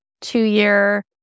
two-year